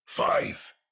Five